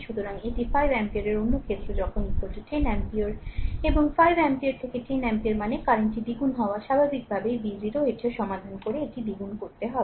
সুতরাং এটি 5 অ্যাম্পিয়ারের অন্য ক্ষেত্রে যখন 10 অ্যাম্পিয়ার এবং 5 অ্যাম্পিয়ার থেকে 10 অ্যাম্পিয়ার মানে কারেন্টটি দ্বিগুণ হওয়া স্বাভাবিকভাবেই V0 এটিও সমাধান করে এটি দ্বিগুণ করতে হবে